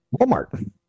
Walmart